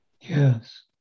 yes